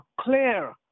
clear